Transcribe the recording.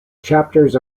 chapters